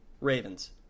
Ravens